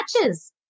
matches